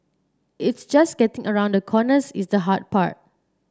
it's just getting around the corners is the hard part